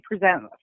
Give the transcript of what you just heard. present